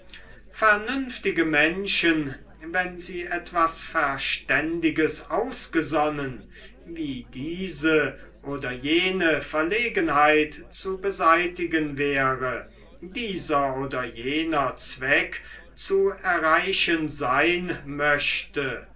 vernünftige menschen wenn sie etwas verständiges ausgesonnen wie diese oder jene verlegenheit zu beseitigen wäre dieser oder jener zweck zu erreichen sein möchte